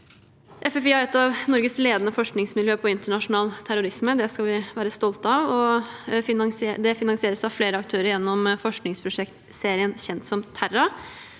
FFI har et av Norges ledende forskningsmiljø på internasjonal terrorisme. Det skal vi være stolte av, og det finansieres av flere aktører gjennom forskningsprosjektserien kjent som TERRA.